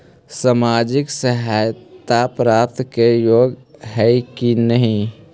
सामाजिक सहायता प्राप्त के योग्य हई कि नहीं?